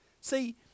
see